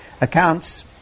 accounts